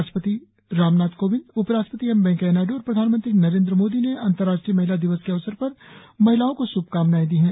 राष्ट्रपति रामनाथ कोविंद उपराष्ट्रपति एम वैंकेयानायड् और प्रधानमंत्री नरेन्द्र मोदी ने अंतराष्ट्रीय महिला दिवस के अवसर पर महिलाओं को श्भकामनांए दी हैं